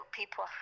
people